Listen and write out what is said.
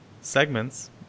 segments